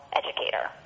educator